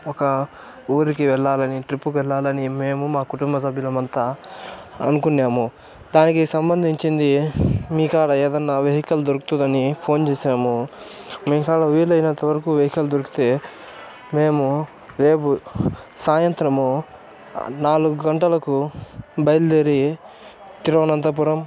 ఒక ఊరుకి వెళ్లాలని ట్రిప్పు కి వెళ్లాలని మేము మా కుటుంబసభ్యులమంతా అనుకున్నాము దానికి సంబంధించింది మీకాడ ఏదన్నా వెహికల్ దొరుకుతాదని ఫోను చేసాము మీకాడ వీలైనంతవరకు వెహికల్ దొరికితే మేము రేపు సాయంతరము నాలుగు గంటలకు బయలుదేరి తిరువనంతపురం